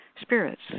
spirits